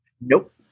Nope